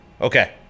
Okay